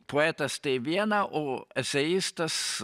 poetas tai viena o eseistas